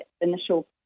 initial